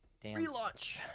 Relaunch